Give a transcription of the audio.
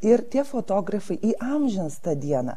ir tie fotografai įamžins tą dieną